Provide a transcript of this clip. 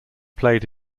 played